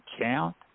count